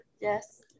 Yes